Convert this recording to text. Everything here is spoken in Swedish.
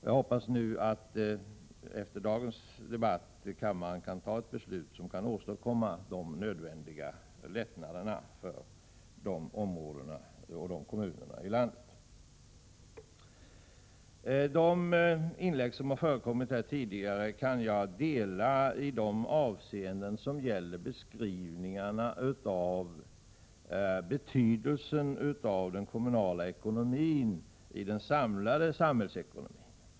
Jag hoppas nu att vi efter dagens debatt i kammaren kan fatta ett beslut som åstadkommer de nödvändiga lättnaderna för dessa områden och kommuner i landet. När det gäller de inlägg som gjorts här tidigare kan jag dela synpunkterna beträffande betydelsen av den kommunala ekonomin i den samlade samhällsekonomin.